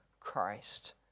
Christ